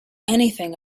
anything